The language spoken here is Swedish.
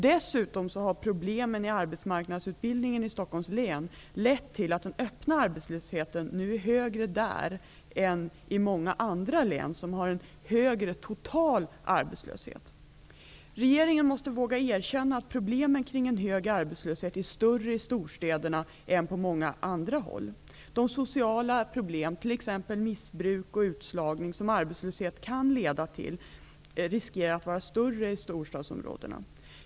Dessutom har problemen i arbetsmarknadsutbildningen i Stockholms län lett till att den öppna arbetslösheten nu är högre där än i många andra län som har en högre total arbetslöshet. Regeringen måste våga erkänna att problemen kring en hög arbetslöshet är större i storstäderna än på många andra håll. De sociala problem, t.ex. missbruk och utslagning, som arbetslösheten kan leda till riskerar att vara större i storstadsområdena.